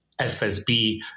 FSB